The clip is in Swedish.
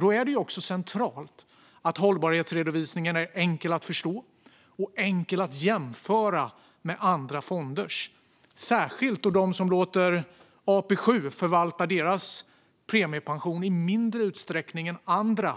Då är det också centralt att hållbarhetsredovisningen är enkel att förstå och enkel att jämföra med andra fonders. Det gäller särskilt då de som låter AP7 förvalta deras premiepension i mindre utsträckning än andra